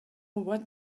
what